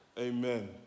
Amen